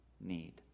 need